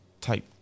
Type